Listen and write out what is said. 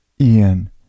Ian